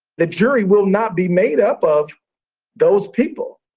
the jury will not be made up of those people.